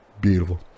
Beautiful